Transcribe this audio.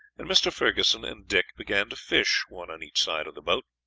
and mr. ferguson and dick began to fish, one on each side of the boat,